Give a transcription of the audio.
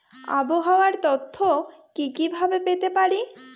আবহাওয়ার তথ্য কি কি ভাবে পেতে পারি?